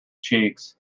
cheeks